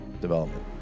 development